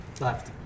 Left